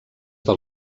del